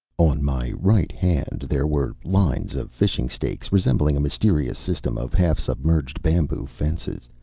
on my right hand there were lines of fishing stakes resembling a mysterious system of half-submerged bamboo fences,